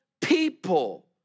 people